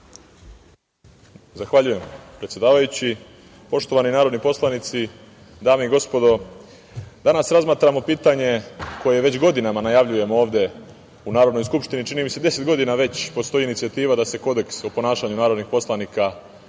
Zahvaljujem, predsedavajući. Poštovani narodni poslanici, dame i gospodo, danas razmatramo pitanje koje već godinama najavljujemo ovde u Narodnoj skupštini. Čini mi se da deset godina već postoji inicijativa da se Kodeks o ponašanju narodnih poslanika ovde